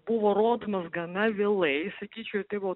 buvo rodomas gana vėlai sakyčiau tai buvo